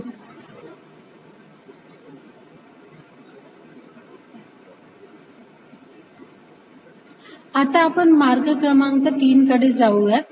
Eili Over 1 ExXYX Over 2 EYXX YYEYXYyEY∂XXY आता आपण मार्ग क्रमांक 3 कडे जाऊयात